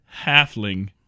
halfling